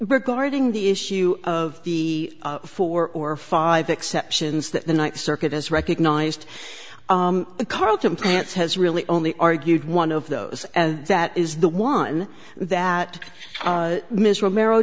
regarding the issue of the four or five exceptions that the ninth circuit has recognized carlton plants has really only argued one of those and that is the one that ms romero